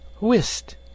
Whist